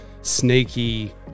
snaky